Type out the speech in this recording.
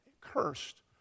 cursed